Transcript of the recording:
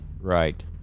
right